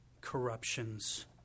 corruptions